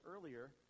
earlier